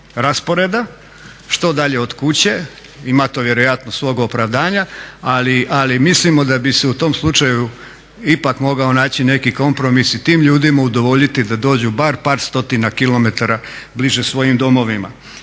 rasporeda što dalje od kuće, ima to vjerojatno svog opravdanja, ali mislimo da bi se u tom slučaju ipak mogao naći neki kompromis i tim ljudima udovoljiti da dođu bar par stotina kilometara bliže svojim domovima.